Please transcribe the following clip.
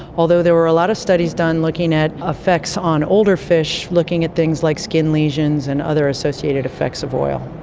although there were a lot of studies done looking at effects on older fish, looking at things like skin lesions and other associated effects of oil.